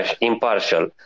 impartial